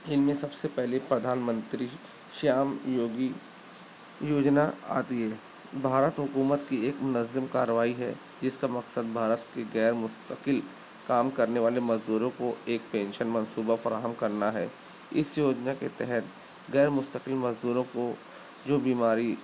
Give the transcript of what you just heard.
ان میں سب سے پہلے پردھان منتر شیام یوگی یوجنا آتی ہے بھارت حکومت کی ایک منظم کارروائی ہے جس کا مقصد بھارت کے غیرمستقل کام کرنے والے مزدوروں کو ایک پینشن منصوبہ فراہم کرنا ہے اس یوجنا کے تحت غیرمستقل مزدوروں کو جو بیماری